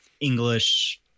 english